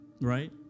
right